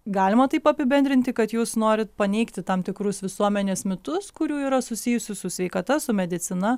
galima taip apibendrinti kad jūs norit paneigti tam tikrus visuomenės mitus kurių yra susijusių su sveikata su medicina